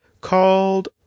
called